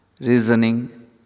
reasoning